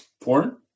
porn